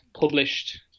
published